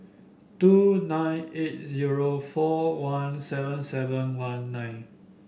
two nine eight zero four one seven seven one nine